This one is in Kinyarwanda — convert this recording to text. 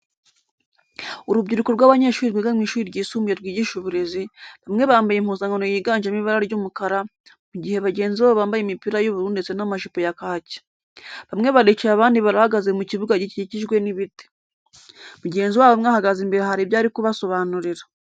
Urubyiruko rw'abanyeshuri rwiga mu ishuri ryisumbuye ryigisha uburezi, bamwe bambaye impuzankano yiganjemo ibara ry'umukara, mu gihe bagenzi babo bambaye imipira y'ubururu ndetse n'amajipo ya kaki. Bamwe baricaye abandi barahagaze mu kibuga gikikijwe n'ibiti. Mugenzi wabo umwe ahagaze imbere hari ibyo ari kubasobanurira.